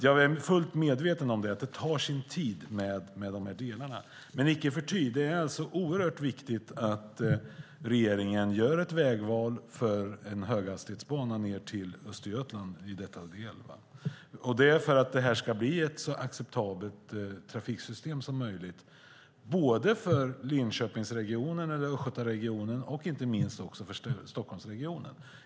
Jag är fullt medveten om att det tar sin tid, men icke förty är det oerhört viktigt att regeringen väljer att bygga en höghastighetsbana till Östergötland för att det ska bli ett så acceptabelt trafiksystem som möjligt både för Östgötaregionen och, inte minst, för Stockholmsregionen.